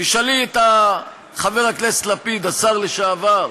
תשאלי את חבר הכנסת לפיד, השר לשעבר,